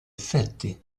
effetti